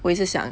我也是想